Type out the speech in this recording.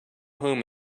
home